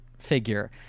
figure